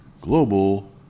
Global